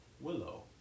Willow